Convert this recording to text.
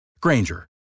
Granger